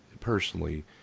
personally